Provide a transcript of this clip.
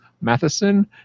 Matheson